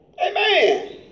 Amen